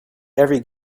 every